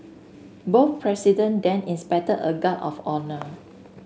both president then inspected a guard of honour